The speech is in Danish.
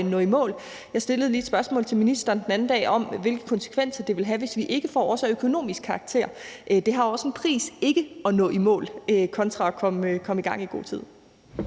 at nå i mål. Jeg stillede den anden dag lige et spørgsmål til ministeren om, hvilke konsekvenser det ville have for os af økonomisk karakter. Det har også en pris ikke at nå i mål kontra at komme i gang i god tid.